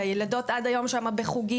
הילדות עד היום שם בחוגים.